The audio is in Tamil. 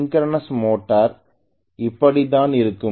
சிங்க்கிரனஸ் மோட்டார் இப்படித்தான் இருக்கும்